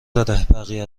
بقیه